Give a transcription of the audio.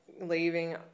leaving